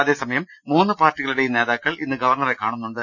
അതേസ മയം മൂന്ന് പാർട്ടികളുടെയും നേതാക്കൾ ഇന്ന് ഗവർണറെ കാണുന്നുണ്ട്